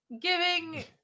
giving